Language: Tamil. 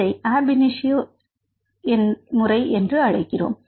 இதை அப் இனிஷியோ முறை என்று அழைக்கிறோம்